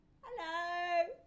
Hello